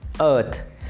earth